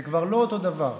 זה כבר לא אותו דבר.